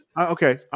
okay